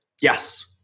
Yes